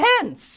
hence